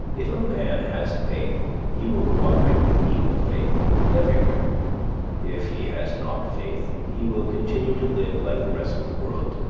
if a man has faith, he will co-operate with equal faith everywhere if he has not faith, he will continue to live like the rest of the world,